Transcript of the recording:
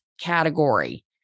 category